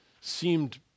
seemed